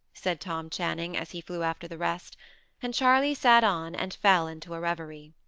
said tom channing, as he flew after the rest and charley sat on, and fell into a reverie.